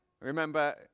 Remember